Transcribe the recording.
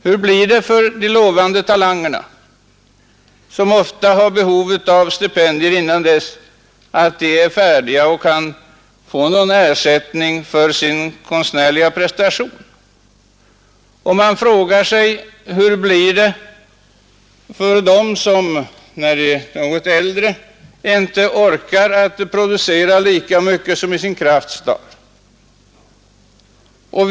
Hur blir det för de lovande talangerna som ofta har behov av stipendier innan de är färdiga och kan få någon ersättning för sin konstnärliga prestation? Hur blir det för dem som när de är något äldre inte orkar producera lika mycket som i sin krafts dagar?